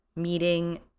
meeting